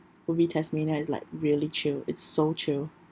will be tasmania it's like really chilled it's so chilled